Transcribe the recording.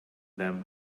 them